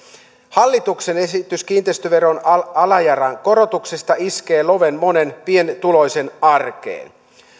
hallituksen esitys kiinteistöveron alarajan korotuksesta iskee loven monen pienituloisen arkeen